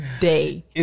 day